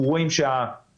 אנחנו רואים שהציפיות,